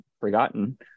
forgotten